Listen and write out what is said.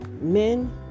Men